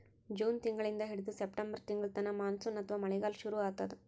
June ತಿಂಗಳಿಂದ್ ಹಿಡದು September ತಿಂಗಳ್ತನಾ ಮಾನ್ಸೂನ್ ಅಥವಾ ಮಳಿಗಾಲ್ ಶುರು ಆತದ್